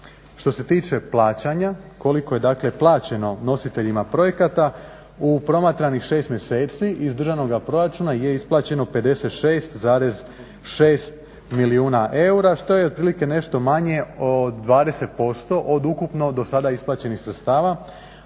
Što se tiče plaćanja, koliko je plaćeno nositeljima projekata u promatranih 6 mjeseci iz državnoga proračuna je isplaćeno 56,6 milijuna eura što je otprilike nešto manje od 20% od ukupno do sada isplaćenih sredstava,